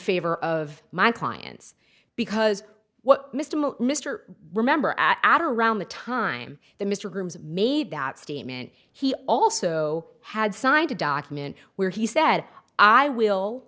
favor of my clients because what mr mr remember ad around the time that mr grooms made that statement he also had signed a document where he said i will